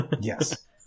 Yes